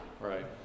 right